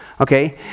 Okay